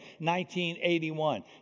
1981